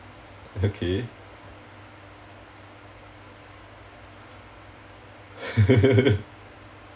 okay